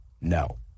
no